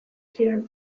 zidan